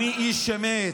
אני איש אמת.